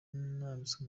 nambitswe